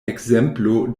ekzemplo